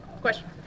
Question